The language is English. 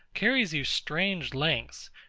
carries you strange lengths,